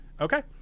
Okay